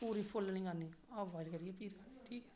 पूरी फुल्ल नेईं करनी हाफ उबाइल करियै फ्ही उसी